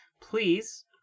Please